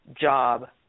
job